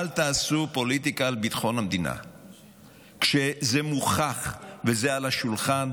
אל תעשו פוליטיקה על ביטחון המדינה כשזה מולך וזה על השולחן.